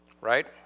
right